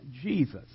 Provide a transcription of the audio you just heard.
Jesus